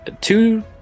two